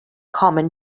common